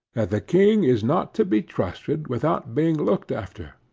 the king is not to be trusted without being looked after,